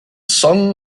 song